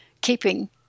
keeping